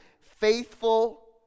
faithful